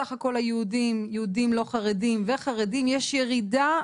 בסך הכול יהודים לא חרדים וחרדים יש ירידה,